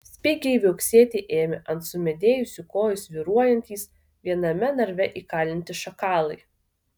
spigiai viauksėti ėmė ant sumedėjusių kojų svyruojantys viename narve įkalinti šakalai